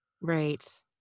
Right